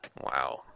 Wow